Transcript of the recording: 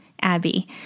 Abby